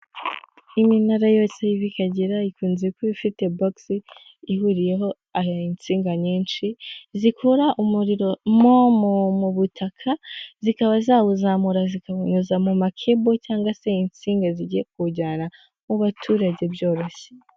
Iminara yose aho ive ikagera, ikunze kuba ifite bogisi ,ihuriyeho insinga nyinshi ,zikura umuriro mo mu butaka, zikaba zawuzamura zikawunyuza mu makibo cyangwa se insinga zigiye kuwujyana mu baturage byoroshye.